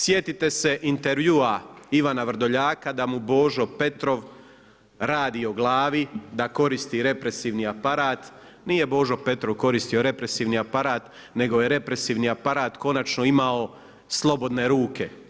Sjetite se intervjua Ivana Vrdoljaka da mu Božo Petrov radi o glavi, da koristi represivni aparat, nije Božo Petrov koristio represivni aparat, nego je represivni aparat konačno imao slobodne ruke.